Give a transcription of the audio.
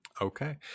okay